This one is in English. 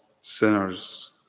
sinners